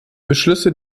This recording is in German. beschlüsse